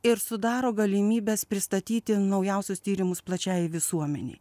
ir sudaro galimybes pristatyti naujausius tyrimus plačiajai visuomenei